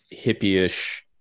hippie-ish